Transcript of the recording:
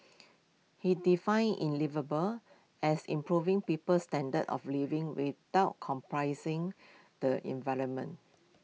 he defined in liveable as improving people's standards of living without comprising the environment